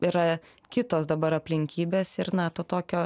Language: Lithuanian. yra kitos dabar aplinkybės ir na to tokio